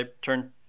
turn